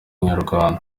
inyarwanda